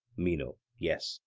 meno yes.